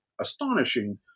astonishing